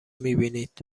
میبینید